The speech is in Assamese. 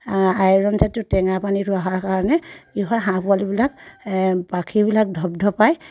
আইৰণজাতীয় টেঙা পানীটো হোৱাৰ কাৰণে কি হয় হাঁহ পোৱালিবিলাক পাখিবিলাক ধপধপায়